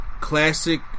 classic